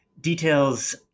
details